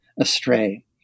astray